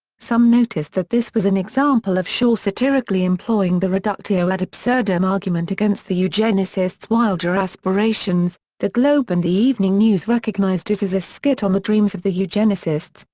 some noticed that this was an example of shaw satirically employing the reductio ad absurdum argument against the eugenicists' wilder aspirations the globe and the evening news recognised it as a skit on the dreams of the eugenicists,